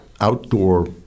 outdoor